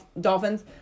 dolphins